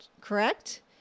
correct